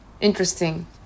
Interesting